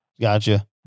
Gotcha